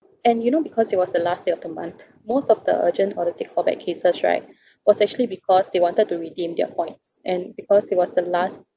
and you know because it was the last day of the month most of the urgent audit order take callback cases right was actually because they wanted to redeem their points and because it was the last